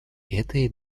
этой